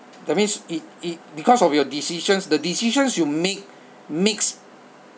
that means it it because of your decisions the decisions you make makes